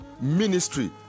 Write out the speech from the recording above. ministry